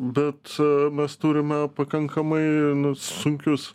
bet mes turime pakankamai sunkius